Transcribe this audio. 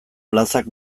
plazak